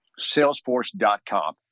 salesforce.com